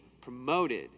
promoted